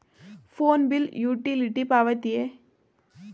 Phone bill utility ಪಾವತಿಯೇ?